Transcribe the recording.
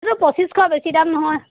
এইটো পঁচিছশ বেছি দাম নহয়